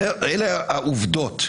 אלה העובדות.